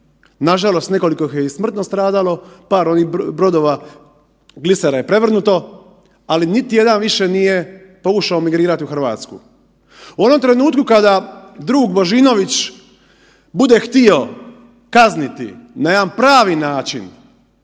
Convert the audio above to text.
Nažalost nekoliko ih je i smrtno stradalo, par onih brodova, glisera je prevrnuto, ali niti jedan više nije pokušao imigrirati u Hrvatsku. U onom trenutku kada drug Božinović bude htio kazniti na jedan pravi način,